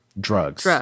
drugs